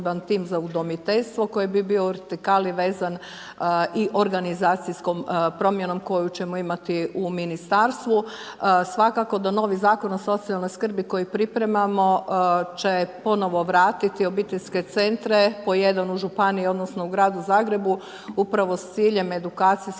tim za udomiteljstvo koji bi bio u vertikali vezan i organizacijskom promjenom koju ćemo imati u Ministarstvu. Svakako da novi Zakon o socijalnoj skrbi koji pripremamo će ponovno vratiti obiteljske centre, po jedan u Županiji odnosno u Gradu Zagrebu, upravo s ciljem edukacijskog,